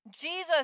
Jesus